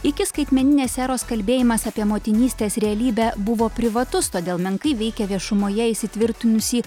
iki skaitmeninės eros kalbėjimas apie motinystės realybę buvo privatus todėl menkai veikė viešumoje įsitvirtinusį